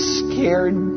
scared